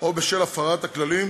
או בשל הפרת הכללים